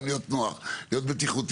להיות נוח ובטיחותי.